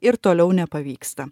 ir toliau nepavyksta